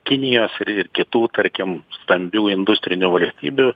kinijos ir ir kitų tarkim stambių industrinių valstybių